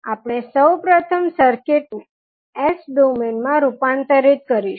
આપણે સૌપ્રથમ સર્કિટ ને S ડોમેઇન માં રૂપાંતરિત કરીશું